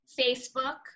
Facebook